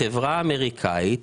החברה האמריקנית